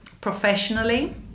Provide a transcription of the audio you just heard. Professionally